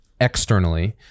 externally